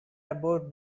about